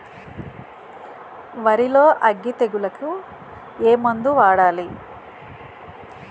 వరిలో అగ్గి తెగులకి ఏ మందు వాడాలి?